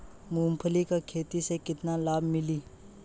मूँगफली के खेती से केतना लाभ मिली?